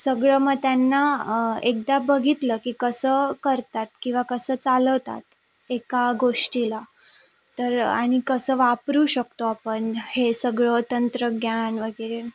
सगळं मग त्यांना एकदा बघितलं की कसं करतात किवा कसं चालवतात एका गोष्टीला तर आणि कसं वापरू शकतो आपण हे सगळं तंत्रज्ञान वगैरे